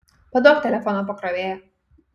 paduok telefono pakrovėją